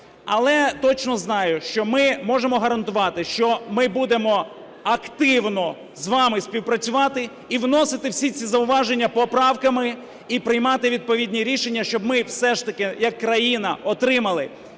Але точно знаю, що ми можемо гарантувати, що ми будемо активно з вами співпрацювати. І вности всі ці зауваження поправками і приймати відповідні рішення, щоб ми все ж таки як країна отримали